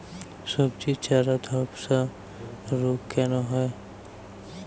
সবজির চারা ধ্বসা রোগ কেন হয়?